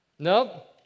Nope